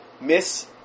Miss